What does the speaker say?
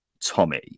Tommy